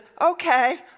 okay